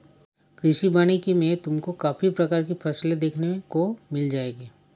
कृषि वानिकी में तुमको काफी प्रकार की फसलें देखने को मिल जाएंगी